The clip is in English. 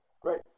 great